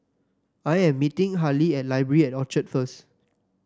I am meeting Hali at Library at Orchard first